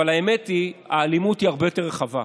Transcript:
אבל האמת היא שהאלימות היא הרבה יותר רחבה.